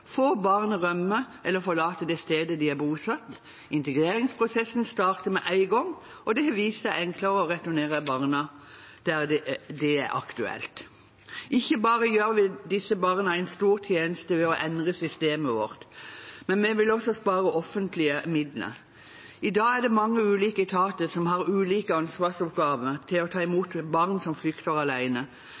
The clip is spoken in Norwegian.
Få barn rømmer eller forlater det stedet de er bosatt, integreringsprosessen starter med en gang, og det har vist seg enklere å returnere barna der hvor det er aktuelt. Ikke bare gjør vi disse barna en stor tjeneste ved å endre systemet vårt. Vi vil også spare offentlige midler. I dag er det mange ulike etater som har ulike ansvarsoppgaver når det gjelder å ta imot barn som flykter